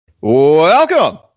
Welcome